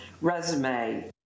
resume